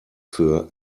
für